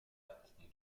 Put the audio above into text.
appleton